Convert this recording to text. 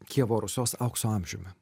kijevo rusios aukso amžiumi